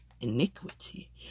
iniquity